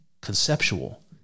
conceptual